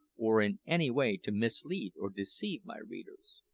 or in any way to mislead or deceive my readers.